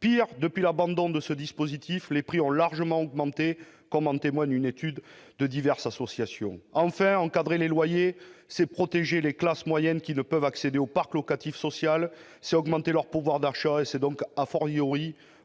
que, depuis l'abandon de ce dispositif, les prix ont largement augmenté comme en témoigne une étude de plusieurs associations. Encadrer les loyers, c'est protéger les classes moyennes qui ne peuvent pas accéder au parc locatif social, c'est augmenter leur pouvoir d'achat et c'est donc,,